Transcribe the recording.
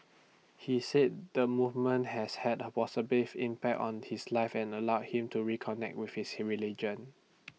he said the movement has had A positive impact on his life and allow him to reconnect with his religion